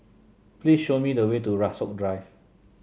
please show me the way to Rasok Drive